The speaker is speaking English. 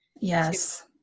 Yes